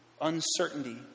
Uncertainty